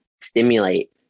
stimulate